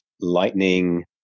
Lightning